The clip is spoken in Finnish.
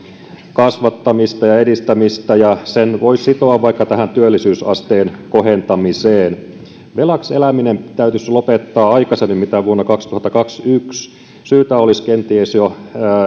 kasvattamista ja edistämistä ja sen voisi sitoa vaikka tähän työllisyysasteen kohentamiseen velaksi eläminen täytyisi lopettaa aikaisemmin kuin vuonna kaksituhattakaksikymmentäyksi syytä olisi kenties jo